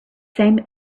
same